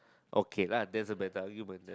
okay lah that's a better argument then